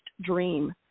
dream